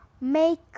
make